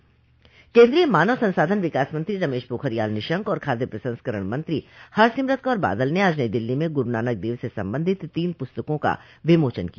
केन्द्रीय मानव संसाधन विकास मंत्री रमश पाखरियाल निशंक और खाद्य प्रसंस्करण मंत्री हरसिमरत कौर बादल ने आज नई दिल्ली में गुरू नानक देव से संबंधित तीन पुस्तकों का विमोचन किया